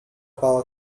power